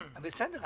בסדר.